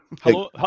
hello